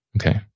Okay